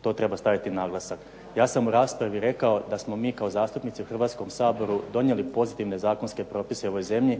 To treba staviti naglasak. Ja sam u raspravi rekao da smo mi kao zastupnici u Hrvatskom saboru donijeli pozitivne zakonske propise ovoj zemlji,